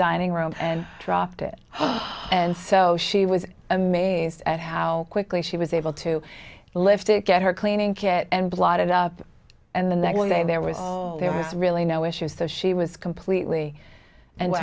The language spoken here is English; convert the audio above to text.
dining room and dropped it and so she was amazed at how quickly she was able to lift it get her cleaning kit and blot it up and the next day there was there was really no issues so she was completely and